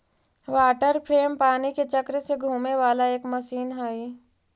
water frame पानी के चक्र से घूमे वाला एक मशीन हई